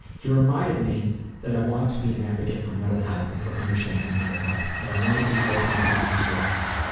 he reminded me that i want to be an advocate for mental health and for understanding mental health that i want to be open about my struggles.